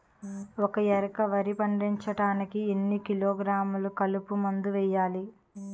ఒక ఎకర వరి పండించటానికి ఎన్ని కిలోగ్రాములు కలుపు మందు వేయాలి?